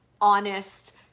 honest